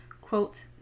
quote